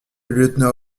lieutenant